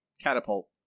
Catapult